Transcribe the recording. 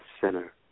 Center